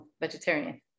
vegetarian